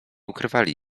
ukrywali